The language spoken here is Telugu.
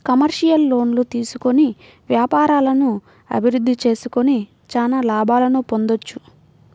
కమర్షియల్ లోన్లు తీసుకొని వ్యాపారాలను అభిరుద్ధి చేసుకొని చానా లాభాలను పొందొచ్చు